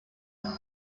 there